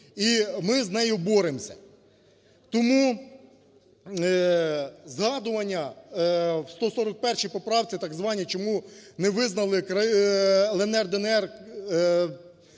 і ми з нею боремося. Тому згадування в 141 поправці так званій чому не визнали "ЛНР", "ДНР"